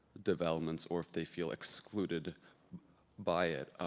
developments or if they feel excluded by it.